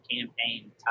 campaign